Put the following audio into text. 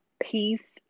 peace